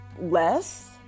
less